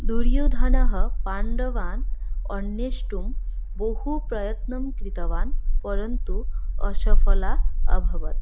दुर्योधनः पाण्डवान् अन्वेष्टुं बहुप्रयन्तं कृतवान् परन्तु असफला अभवत्